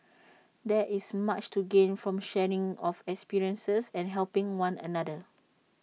there is much to gain from sharing of experiences and helping one another